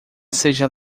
seja